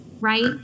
right